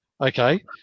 Okay